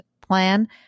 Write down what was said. plan